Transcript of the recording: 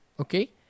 Okay